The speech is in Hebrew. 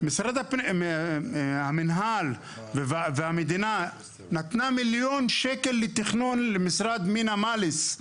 המינהל והמדינה נתנה מיליון שקל לתכנון למשרד מליס,